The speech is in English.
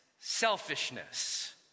selfishness